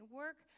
work